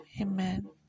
amen